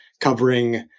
covering